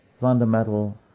fundamental